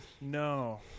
No